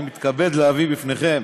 אני מתכבד להביא בפניכם